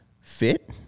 fit